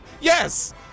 Yes